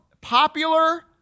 popular